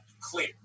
clear